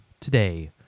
today